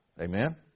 Amen